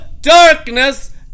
darkness